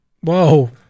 Whoa